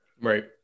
Right